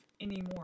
anymore